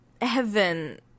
heaven